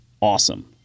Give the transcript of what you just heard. awesome